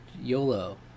YOLO